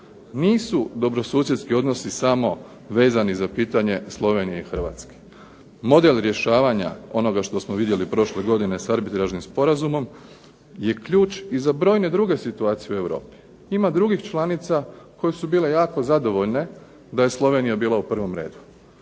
Nisu dobrosusjedski odnosi samo vezani za pitanje Slovenije i Hrvatske. Model rješavanja onoga što smo vidjeli prošle godine sa Arbitražnim sporazumom je ključ i za brojne druge situacije u Europi. Ima drugih članica koje su bile jako zadovoljne da je Slovenija bila u prvom redu,